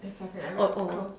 oh oh